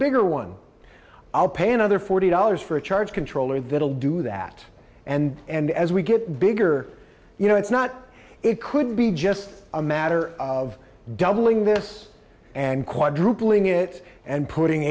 bigger one i'll pay another forty dollars for a charge controller that will do that and as we get bigger you know it's not it could be just a matter of doubling this and quadrupling it and putting